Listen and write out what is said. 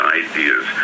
ideas